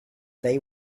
they